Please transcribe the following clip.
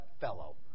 fellow